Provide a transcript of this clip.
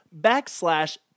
backslash